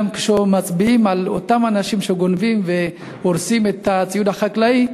גם כשמצביעים על אותם אנשים שגונבים והורסים את הציוד החקלאי,